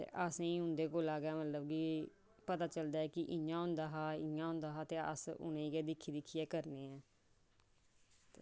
ते असेंगी उं'दे कोला गै मतलब कि पता चलदा ऐ कि इ'यां होंदा हा इ'यां होंदा हा ते उ'नें गी गै दिक्खी दिक्खियै करने आं